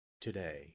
today